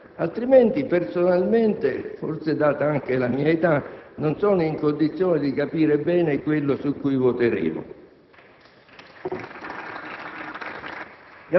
per serietà; altrimenti personalmente, forse data anche la mia età, non sono in condizioni di capire bene quello su cui voteremo.